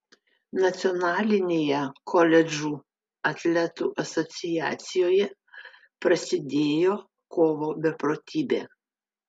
nacionalinėje koledžų atletų asociacijoje prasidėjo kovo beprotybė